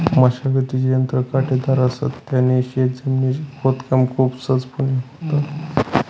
मशागतीचे यंत्र काटेदार असत, त्याने शेत जमिनीच खोदकाम खूप सहजपणे होतं